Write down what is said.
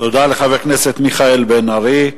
תודה לחבר הכנסת מיכאל בן-ארי.